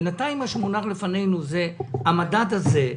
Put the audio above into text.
ובינתיים מה שמונח לפנינו זה המדד הזה.